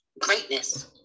greatness